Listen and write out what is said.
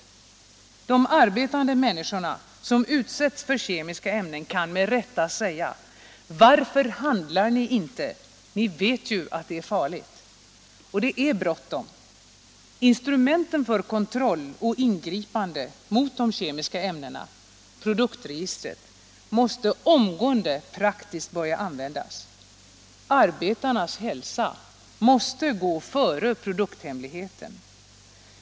De arbetande människorna som utsätts för kemiska ämnen kan med rätta säga: Varför handlar ni inte — ni vet att det är farligt! Och det är bråttom. Instrumentet för kontroll av de kemiska ämnena — produktregistret — måste omgående praktiskt börja användas. Arbetarnas hälsa måste gå före produkthemligheten.